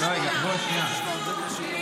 היא חושבת שאין לך